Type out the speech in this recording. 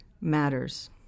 matters